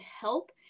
help